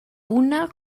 buna